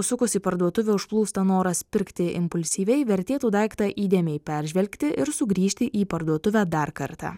užsukus į parduotuvę užplūsta noras pirkti impulsyviai vertėtų daiktą įdėmiai peržvelgti ir sugrįžti į parduotuvę dar kartą